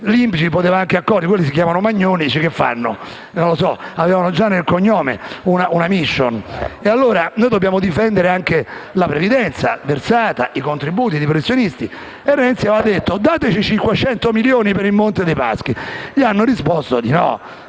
l'INPGI, li poteva anche accogliere; quelli si chiamano Magnoni e che fanno? Non lo so, avevano già nel cognome una *mission*. E allora noi dobbiamo difendere anche la previdenza versata e i contributi dei professionisti. Renzi aveva detto: «Dateci 500 milioni per il Monte dei Paschi». Gli hanno risposto di no.